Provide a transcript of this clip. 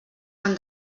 han